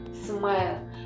Smile